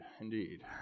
indeed